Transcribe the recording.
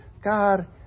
God